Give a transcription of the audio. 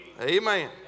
Amen